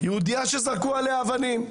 יהודיה שזרקו עליה אבנים.